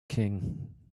king